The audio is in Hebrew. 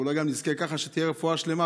ואולי גם נזכה שתהיה רפואה שלמה,